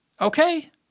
Okay